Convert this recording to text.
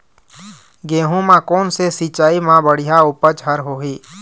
गेहूं म कोन से सिचाई म बड़िया उपज हर होही?